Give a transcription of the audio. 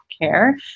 care